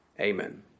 Amen